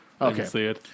Okay